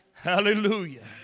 Hallelujah